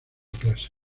clase